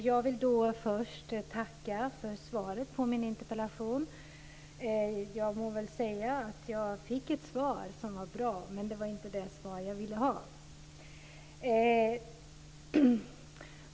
Fru talman! Jag vill först tacka för svaret på min interpellation. Jag fick ett svar som var bra, men det var inte det svar jag ville ha.